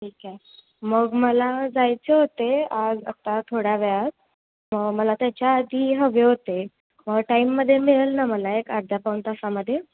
ठीक आहे मग मला जायचे होते आज आत्ता थोड्या वेळात मग मला त्याच्याआधी हवे होते टाईममध्ये मिळेल ना मला एक अर्ध्या पाऊण तासामध्ये